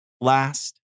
last